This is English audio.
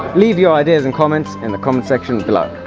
leave your ideas and comments in the comment-section below!